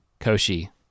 Koshi